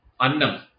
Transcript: annam